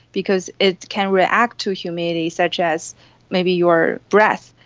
because it can react to humidity such as maybe your breath.